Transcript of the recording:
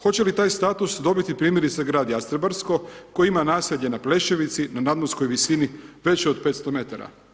Hoće li taj status dobiti primjerice grad Jastrebarsko koji ima naselje na Pleševici na nadmorskoj visini već od 500 metara?